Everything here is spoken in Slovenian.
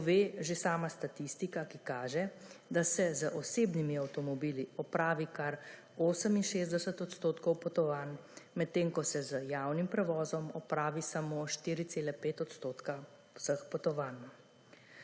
pove že sama statistika, ki kaže, da se z osebnimi avtomobili opravi kar 68 % potovanj, medtem ko se z javnim prevozom opravi samo 4,5 % vseh potovanj.